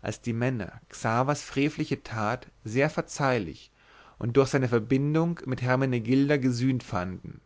als die männer xavers freveliche tat sehr verzeihlich und durch seine verbindung mit hermenegilda gesühnt fanden